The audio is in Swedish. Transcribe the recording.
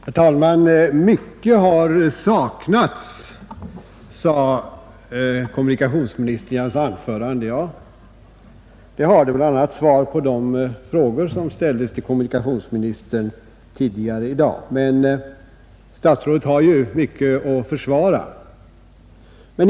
Herr talman! Mycket har saknats, sade kommunikationsministern om sitt anförande. Ja, bl.a. svar på de frågor som ställdes till kommunikationsministern tidigare i dag. Men statsrådet har ju mycket att försvara.